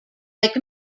like